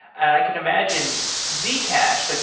and i could imagine zcash. like